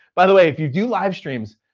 by the way, if you do live streams,